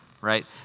right